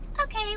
okay